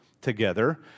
together